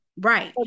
Right